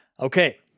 Okay